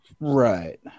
Right